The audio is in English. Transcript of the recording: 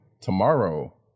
tomorrow